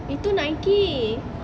itu Nike